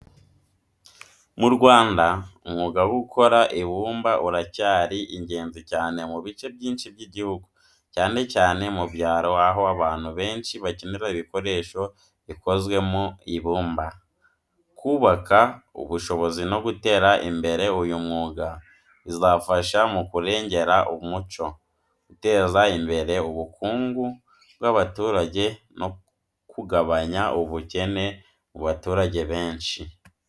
Mu Rwanda, umwuga wo gukora ibumba uracyari ingenzi cyane mu bice byinshi by’igihugu, cyane cyane mu byaro aho abantu benshi bakenera ibikoresho bikozwe mu ibumba. Kubaka ubushobozi no guteza imbere uyu mwuga bizafasha mu kurengera umuco, guteza imbere ubukungu bw’abaturage no kugabanya ubukene mu baturage benshi.